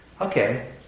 okay